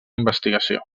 investigació